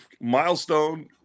milestone